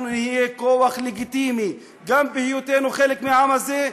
אנחנו נהיה כוח לגיטימי גם בהיותנו חלק מהעם הזה,